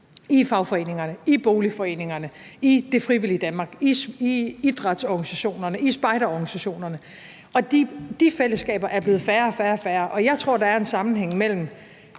i fagforeningerne, i boligforeningerne, i det frivillige Danmark, i idrætsorganisationerne, i spejderorganisationerne. De fællesskaber er blevet færre og færre. Jeg tror, at der er en sammenhæng mellem